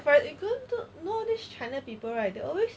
for example don't do like all this china people right they always